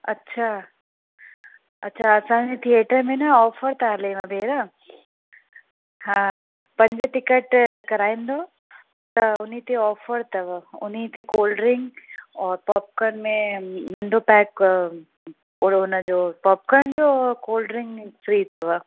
अच्छा अच्छा असांजी थिएटर में न ऑफर था हलेव भेण हा पंज टिकट कराईंदो त उन ते ऑफर अथव उन ते कोल्ड ड्रिंक और पॉपकॉन में नंढो पैक और हुन जो पॉपकॉन जो कोल्ड ड्रिंक फ्री अथव